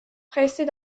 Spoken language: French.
pressées